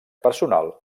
personal